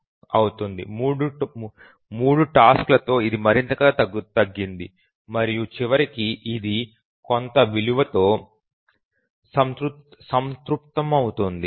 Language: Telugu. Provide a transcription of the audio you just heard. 82 అవుతుంది 3 టాస్క్తో ఇది మరింత తగ్గింది మరియు చివరకు ఇది కొంత విలువతో సంతృప్తమవుతుంది